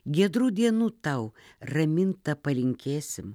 giedrų dienų tau raminta palinkėsim